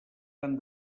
han